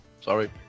sorry